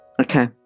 Okay